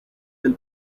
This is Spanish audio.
del